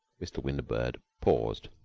mr. windlebird paused.